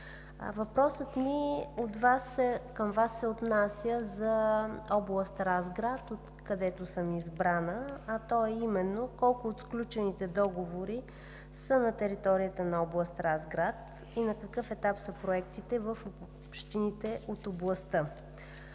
Въпросът ми към Вас се отнася за област Разград, откъдето съм избрана, а той е: колко от сключените договори са на територията на област Разград и на какъв етап са проектите в общините от областта?